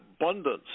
abundance